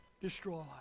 destroy